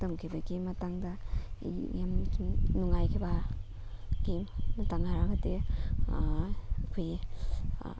ꯇꯝꯈꯤꯕꯒꯤ ꯃꯇꯥꯡꯗ ꯌꯥꯝ ꯁꯨꯝ ꯅꯨꯡꯉꯥꯏꯈꯤꯕꯒꯤ ꯃꯇꯥꯡ ꯍꯥꯏꯔꯒꯗꯤ ꯑꯩꯈꯣꯏꯒꯤ